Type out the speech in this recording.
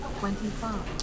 twenty-five